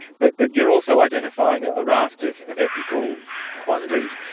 but but you're also identifying a raft of of ethical quandaries.